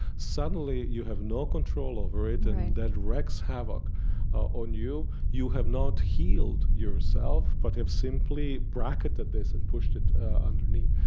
suddenly you have no control over it and that wreaks havoc on you. you have not healed yourself, but have simply bracketed this and pushed it underneath.